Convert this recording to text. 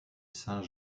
saint